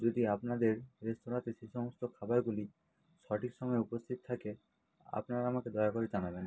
যদি আপনাদের রেস্তোরাঁতে সে সমস্ত খাবারগুলি সঠিক সময়ে উপস্থিত থাকে আপনারা আমাকে দয়া করে জানাবেন